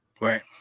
Right